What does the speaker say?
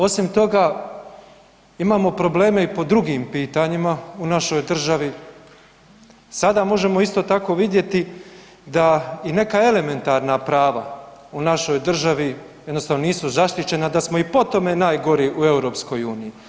Osim toga, imamo probleme i po drugim pitanja u našoj državi, sada možemo isto tako vidjeti da i neka elementarna prava u našoj državi jednostavno nisu zaštićena, da smo i po tome najgori u EU-u.